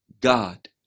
God